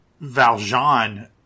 Valjean